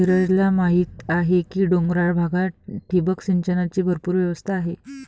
नीरजला माहीत आहे की डोंगराळ भागात ठिबक सिंचनाची भरपूर व्यवस्था आहे